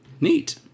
Neat